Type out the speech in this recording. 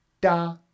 da